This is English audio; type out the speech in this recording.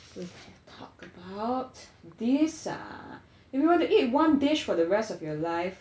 talk about this ah if you were to eat one dish for the rest of your life